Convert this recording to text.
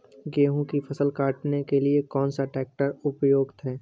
गेहूँ की फसल काटने के लिए कौन सा ट्रैक्टर उपयुक्त है?